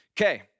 Okay